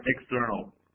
external